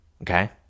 Okay